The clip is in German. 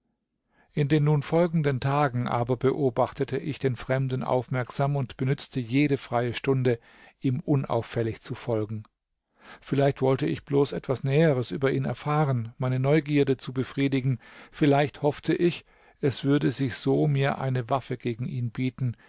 in den nun folgenden tagen aber beobachtete ich den fremden aufmerksam und benützte jede freie stunde ihm unauffällig zu folgen vielleicht wollte ich bloß etwas näheres über ihn erfahren meine neugierde zu befriedigen vielleicht hoffte ich es würde sich so mir eine waffe gegen ihn bieten